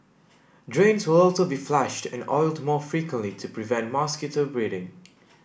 drains will also be flushed and oiled more frequently to prevent mosquito breeding